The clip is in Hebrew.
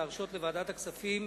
להרשות לוועדת הכספים